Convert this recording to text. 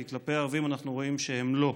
כי כלפי הערבים אנחנו רואים שהם לא.